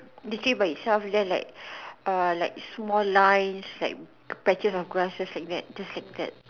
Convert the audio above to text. decay by itself then like err like small lines like patches of grasses like that just like that